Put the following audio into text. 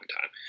time